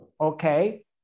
okay